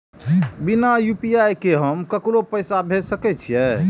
बिना यू.पी.आई के हम ककरो पैसा भेज सके छिए?